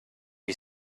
you